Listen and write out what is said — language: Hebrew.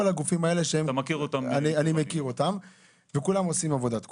כל הגופים האלה שאני מכיר אותם וכולם עושים עבודת קודש.